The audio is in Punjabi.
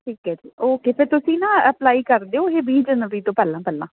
ਠੀਕ ਹੈ ਜੀ ਓਕੇ ਫਿਰ ਤੁਸੀਂ ਨਾ ਅਪਲਾਈ ਕਰ ਦਿਓ ਇਹ ਵੀਹ ਜਨਵਰੀ ਤੋਂ ਪਹਿਲਾਂ ਪਹਿਲਾਂ